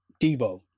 Debo